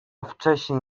wcześniej